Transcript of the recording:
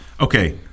Okay